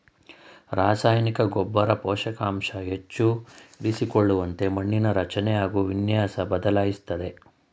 ರಸಾಯನಿಕ ಗೊಬ್ಬರ ಪೋಷಕಾಂಶನ ಹೆಚ್ಚು ಇರಿಸಿಕೊಳ್ಳುವಂತೆ ಮಣ್ಣಿನ ರಚನೆ ಹಾಗು ವಿನ್ಯಾಸನ ಬದಲಾಯಿಸ್ತದೆ